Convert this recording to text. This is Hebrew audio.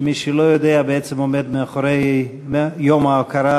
שמי שלא יודע, הוא בעצם עומד מאחורי יום ההוקרה